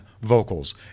vocals